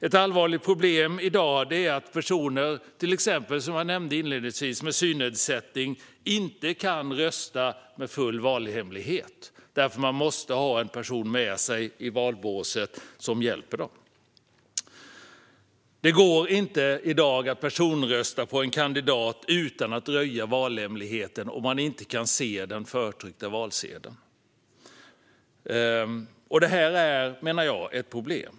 Ett allvarligt problem i dag är att personer med synnedsättning, som jag nämnde inledningsvis, inte kan rösta med full valhemlighet eftersom de måste ha med sig en person som hjälper dem i valbåset. Det går i dag inte att personrösta på en kandidat utan att röja valhemligheten om man inte kan se den förtryckta valsedeln. Det är, menar jag, ett problem.